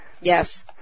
Yes